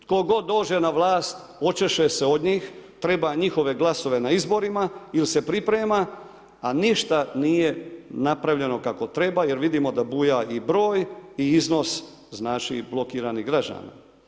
Tko god dođe na vlast, očeše se od njih, treba njihove glasove na izborima ili se priprema a ništa nije napravljeno kako treba jer vidimo da buja i broj i iznos blokiranih građana.